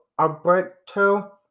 Alberto